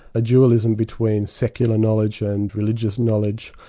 a dualism between secular knowledge and religious knowledge,